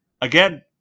again